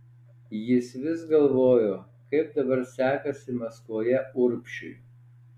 jis vis galvojo kaip dabar sekasi maskvoje urbšiui